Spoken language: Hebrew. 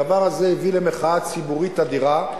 הדבר הזה הביא למחאה ציבורית אדירה,